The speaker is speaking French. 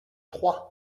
troyes